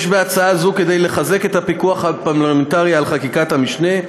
יש בהצעה הזאת כדי לחזק את הפיקוח הפרלמנטרי על חקיקת משנה,